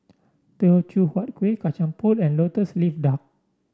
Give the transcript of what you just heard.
Teochew Huat Kuih Kacang Pool and lotus leaf duck